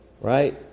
Right